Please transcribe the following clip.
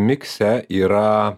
mikse yra